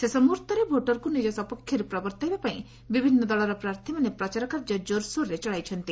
ଶେଷ ମୁହର୍ଉରେ ଭୋଟରଙ୍କୁ ନିଜ ସପକ୍ଷରେ ପ୍ରବର୍ଉାଇବା ପାଇଁ ବିଭିନ୍ନ ଦଳର ପ୍ରାର୍ଥୀମାନେ ପ୍ରଚାର କାର୍ଯ୍ୟ ଚଳାଇଛନ୍ତି